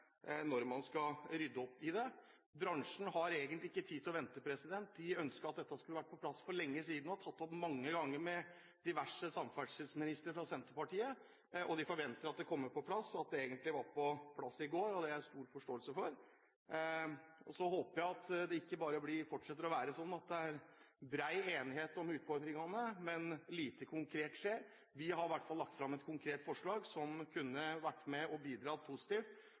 når det skal ryddes opp. Bransjen har egentlig ikke tid til å vente. De har ønsket at dette skulle vært på plass for lenge siden og har tatt det opp mange ganger med diverse samferdselsministre fra Senterpartiet. De forventer at det kommer på plass – egentlig at det var på plass i går – og det har jeg stor forståelse for. Så håper jeg at det ikke bare fortsetter å være bred enighet om utfordringene, men lite konkret skjer. Vi har i hvert fall lagt fram et konkret forslag som kunne vært med og bidra positivt